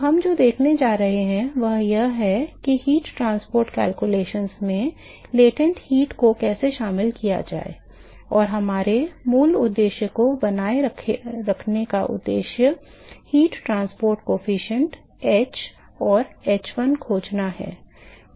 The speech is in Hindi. तो हम जो देखने जा रहे हैं वह यह है कि ऊष्मा परिवहन गणना में गुप्त ऊष्मा को कैसे शामिल किया जाए और हमारे मूल उद्देश्य को बनाए रखने का उद्देश्य ऊष्मा परिवहन गुणांक h और h1 खोजना है